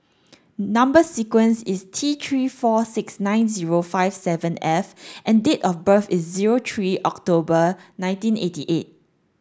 number sequence is T three four six nine zero five seven F and date of birth is zero three October nineteen eighty eight